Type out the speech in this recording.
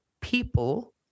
people